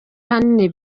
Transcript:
ahanini